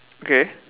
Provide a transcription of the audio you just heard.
okay